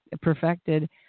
perfected